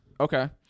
Okay